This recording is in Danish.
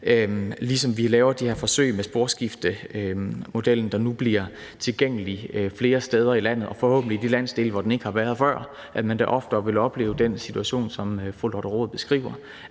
ligesom vi laver de her forsøg med sporskiftemodellen, der nu bliver tilgængelig flere steder i landet, og man vil forhåbentlig i de landsdele, hvor den ikke har været før, da oftere opleve den situation, som fru Lotte Rod beskriver,